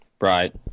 right